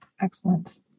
Excellent